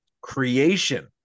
creation